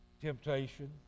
temptation